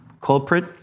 culprit